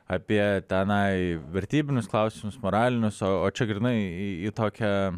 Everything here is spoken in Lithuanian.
apie tenai vertybinius klausimus moralinius o čia grynai į tokią